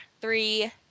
three